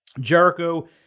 Jericho